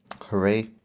Hooray